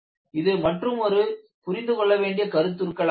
இது மற்றுமொரு புரிந்துகொள்ள வேண்டிய கருத்துக்களாகும்